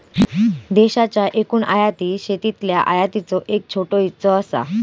देशाच्या एकूण आयातीत शेतीतल्या आयातीचो एक छोटो हिस्सो असा